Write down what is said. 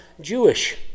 Jewish